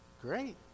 Great